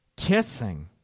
kissing